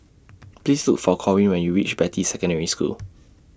Please Look For Corwin when YOU REACH Beatty Secondary School